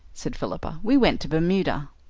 said philippa we went to bermuda.